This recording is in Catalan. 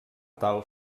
tal